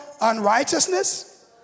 unrighteousness